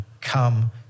come